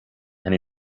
and